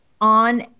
on